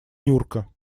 нюрка